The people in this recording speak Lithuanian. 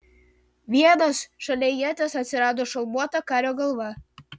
vienas šalia ieties atsirado šalmuota kario galva